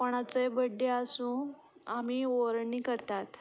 कोणाचोय birthday आसूं आमी वोरणी करतात